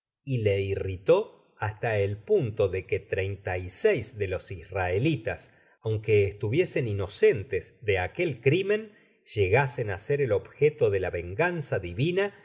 y le irritó hasta el punto de que treinta y seis de los israelitas aunque estuviesen inocentes de aquel crimen llegasen á ser el objeto de la venganza divina